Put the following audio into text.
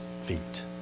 feet